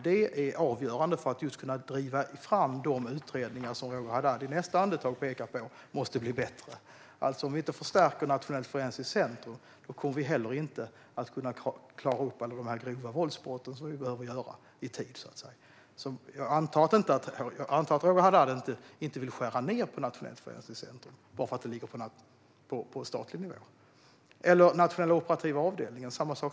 Det är avgörande för att driva fram de utredningar som Roger Haddad i nästa andetag pekar på måste bli bättre. Om vi inte förstärker Nationellt forensiskt centrum kommer vi inte heller att klara upp de grova våldsbrotten i tid. Jag antar att Roger Haddad inte vill skära ned på Nationellt forensiskt centrum bara för att det ligger på statlig nivå. Samma sak är det med Nationella operativa avdelningen.